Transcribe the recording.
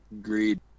Agreed